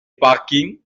parkings